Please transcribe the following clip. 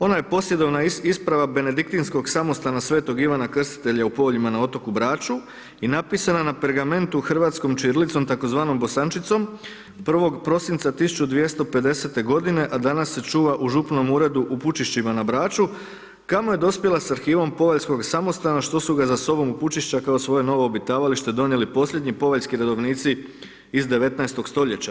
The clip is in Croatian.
Ona je posljedovna isprava Benediktinskog samostana Sv. Ivana Krstitelja u Povljima na otoku Braču i napisana na pergamentu hrvatskog ćirilicom tzv. bosančicom 1. prosinca 1250. godine, a danas se čuva u župnom uredu u Pučišćima na Braču, kamo je dospjela s arhivom Povaljskoga samostana što su ga za sobom u Pučišća kao svoje novo obitavalište donijeli posljednji Povaljski redovnici iz 19. stoljeća.